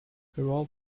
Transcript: perrault